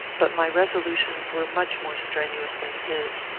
but my resolutions were much more strenuous than his.